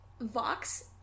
Vox